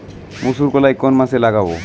মুসুরকলাই কোন মাসে লাগাব?